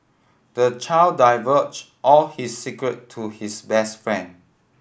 the child divulged all his secret to his best friend